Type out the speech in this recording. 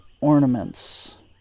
ornaments